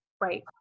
right